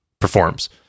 performs